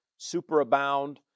superabound